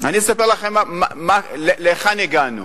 אני אספר לכם להיכן הגענו.